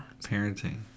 Parenting